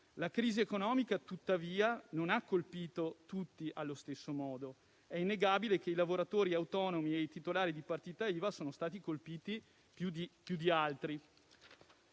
La crisi economica, tuttavia, non ha colpito tutti allo stesso modo: è innegabile che i lavoratori autonomi e titolari di partita IVA sono stati colpiti più di altri.